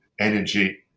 energy